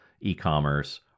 e-commerce